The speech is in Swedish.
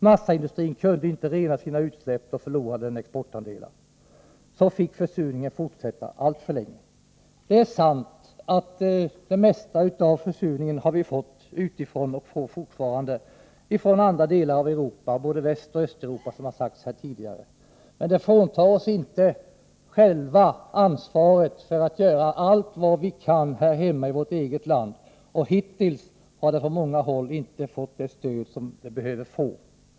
Massaindustrin kunde inte rena sina utsläpp, då förlorade den exportandelar! Så fick försurningen fortsätta alltför länge. Det är sant att vi har fått det mesta av försurningen utifrån, och vi får det fortfarande — från andra delar av Europa, både från Västoch Östeuropa, vilket har sagts här tidigare. Men detta fråntar oss inte ansvaret för att göra allt vad vi kan här hemma i vårt eget land. Hittills har detta arbete på många håll inte fått det stöd som det behöver få.